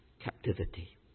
captivity